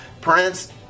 Prince